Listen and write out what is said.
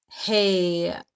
hey